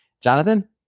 Jonathan